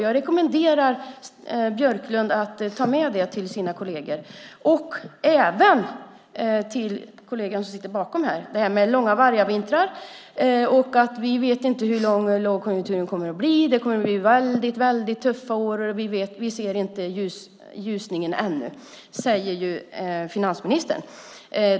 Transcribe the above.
Jag rekommenderar Björklund att ta med det till sina kolleger och även till kollegan som sitter bakom här, kollegan med långa vargavintrar. Vi vet inte hur lång lågkonjunkturen kommer att bli, det kommer att bli väldigt tuffa år, och vi ser inte någon ljusning ännu, säger finansministern.